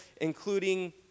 including